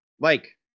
Mike